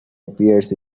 appears